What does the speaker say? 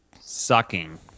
sucking